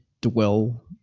dwell